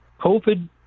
COVID